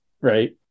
right